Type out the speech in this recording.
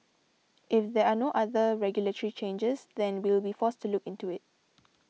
if there are no other regulatory changes then we'll be forced to look into it